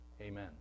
Amen